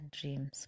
dreams